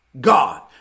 God